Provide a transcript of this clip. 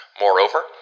Moreover